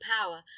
power